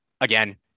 Again